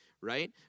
right